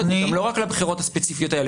את זה לא רק לבחירות הספציפיות האלה.